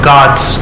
God's